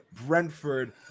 Brentford